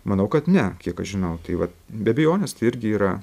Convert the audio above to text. manau kad ne kiek aš žinau tai va be abejonės tai irgi yra